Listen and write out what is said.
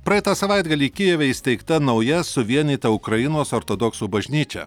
praeitą savaitgalį kijeve įsteigta nauja suvienyta ukrainos ortodoksų bažnyčia